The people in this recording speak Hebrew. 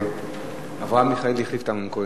מס' 1278,